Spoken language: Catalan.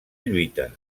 lluita